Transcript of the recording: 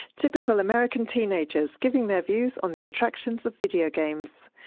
typical american teenagers giving their views on the attractions of video games.